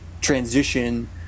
transition